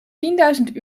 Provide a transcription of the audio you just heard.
tienduizend